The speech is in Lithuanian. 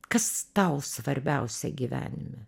kas tau svarbiausia gyvenime